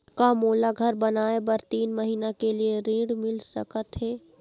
का मोला घर बनाए बर तीन महीना के लिए ऋण मिल सकत हे?